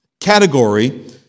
category